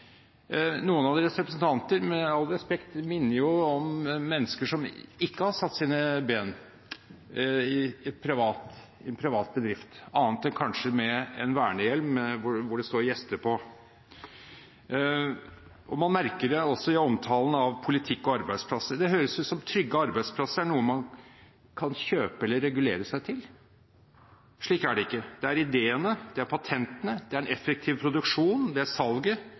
Noen av deres representanter minner – med all respekt er – om mennesker som ikke har satt sine ben i en privat bedrift annet enn kanskje med en vernehjelm som det står «gjester» på. Man merker det også i omtalen av politikk og arbeidsplasser. Det høres ut som trygge arbeidsplasser er noe man kan kjøpe eller regulere seg til. Slik er det ikke, det er ideene, patentene, en effektiv produksjon og salget som avgjør om en arbeidsplass når den er etablert, forblir trygg. Det er